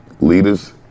Leaders